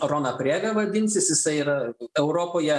rona prėga vadinsis jisai ir europoje